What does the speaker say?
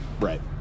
Right